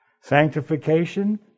Sanctification